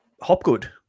Hopgood